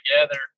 together